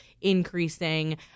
increasing